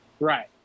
Right